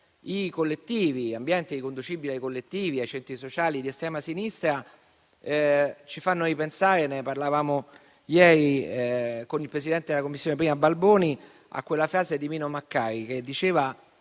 I collettivi e gli ambienti riconducibili ai collettivi e ai centri sociali di estrema sinistra ci fanno ripensare - ne parlavamo ieri con il presidente della 1a Commissione Balboni - a quella frase di Mino Maccari che diceva